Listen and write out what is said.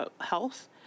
Health